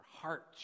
hearts